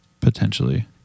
Potentially